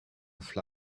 flower